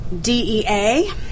DEA